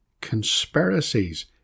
conspiracies